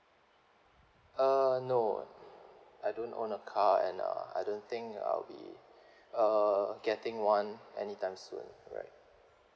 uh no I don't own a car and uh I don't think I'll be uh getting one anytime soon right